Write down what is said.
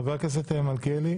חברת הכנסת סטרוק.